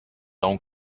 own